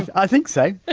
and i think so.